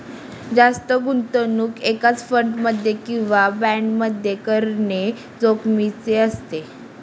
जास्त गुंतवणूक एकाच फंड मध्ये किंवा बॉण्ड मध्ये करणे जोखिमीचे असते